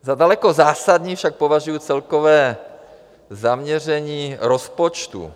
Za daleko zásadnější však považuji celkové zaměření rozpočtu.